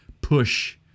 push